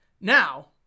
now